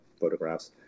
photographs